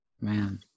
man